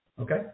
Okay